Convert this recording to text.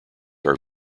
are